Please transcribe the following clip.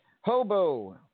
Hobo